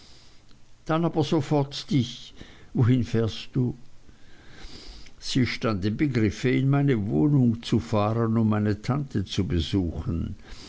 dann aber sofort dich wohin fährst du sie stand im begriffe in meine wohnung zu fahren um meine tante zu besuchen